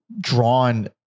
drawn